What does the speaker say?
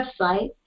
website